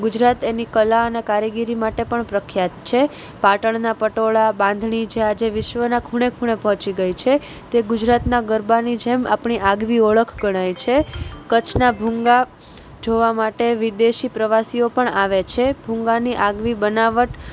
ગુજરાત એની કલા અને કરિગીરી માટે પણ પ્રખ્યાત છે પાટણના પટોળાં બાંધણી જે આજે વિશ્વના ખૂણે ખૂણે પહોંચી ગઈ છે તે ગુજરાતનાં ગરબાની જેમ આપણી આગવી ઓળખ ગણાય છે કચ્છના ભૂંગા જોવા માટે વિદેશી પ્રવાસીઓ પણ આવે છે ભૂંગાની આગવી બનાવટ